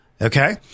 okay